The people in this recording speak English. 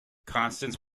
constance